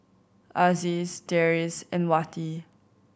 Aziz Deris and Wati